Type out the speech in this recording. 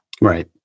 right